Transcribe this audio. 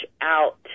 out